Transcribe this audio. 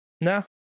no